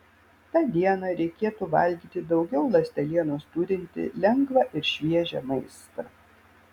tą dieną reikėtų valgyti daugiau ląstelienos turintį lengvą ir šviežią maistą